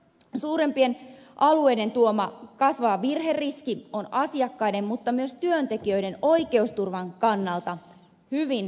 suurempien alueiden tuoma kasvava virheriski on asiakkaiden mutta myös työntekijöiden oikeusturvan kannalta hyvin valitettavaa